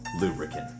Lubricant